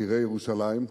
יקירי ירושלים,